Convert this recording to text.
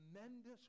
tremendous